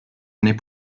années